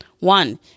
One